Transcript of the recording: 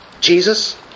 Jesus